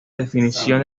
definición